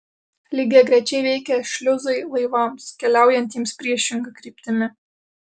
lygiagrečiai veikia šliuzai laivams keliaujantiems priešinga kryptimi